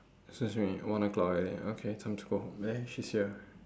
excuse me one o-clock already okay time to go home there she's here